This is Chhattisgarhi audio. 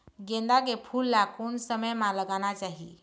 गेंदा के फूल ला कोन समय मा लगाना चाही?